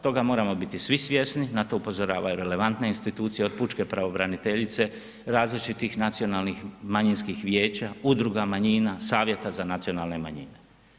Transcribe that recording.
Toga moramo biti svi svjesni, na to upozoravaju relevantne institucije od pučke pravobraniteljice, različitih nacionalnih manjinskih vijeća, udruga manjina, savjeta za nacionalne manjine.